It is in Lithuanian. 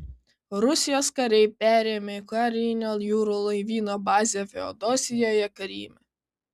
rusijos kariai perėmė karinio jūrų laivyno bazę feodosijoje kryme